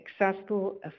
accessible